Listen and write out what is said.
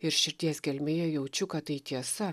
ir širdies gelmėje jaučiu kad tai tiesa